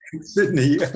Sydney